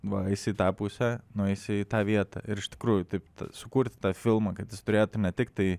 va eisi į tą pusę nueisi į tą vietą ir iš tikrųjų taip sukurti tą filmą kad jis turėtų ne tiktai